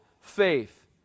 faith